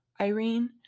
Irene